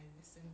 right